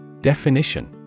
Definition